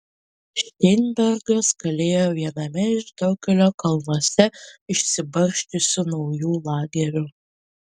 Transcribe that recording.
šteinbergas kalėjo viename iš daugelio kalnuose išsibarsčiusių naujų lagerių